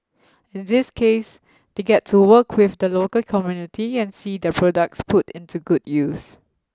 in this case they get to work with the local community and see their products put into good use